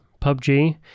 PUBG